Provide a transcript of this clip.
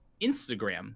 Instagram